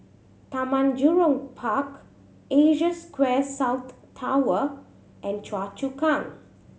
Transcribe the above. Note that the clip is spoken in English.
Taman Jurong Park Asia Square South Tower and Choa Chu Kang